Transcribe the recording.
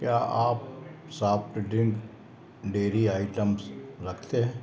क्या आप soft drink dairy items रखते हैं